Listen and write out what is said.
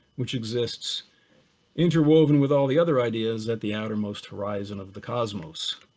which exists interwoven with all the other ideas at the outermost horizon of the cosmos.